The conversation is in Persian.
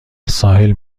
ساحل